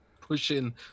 pushing